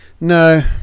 No